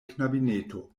knabineto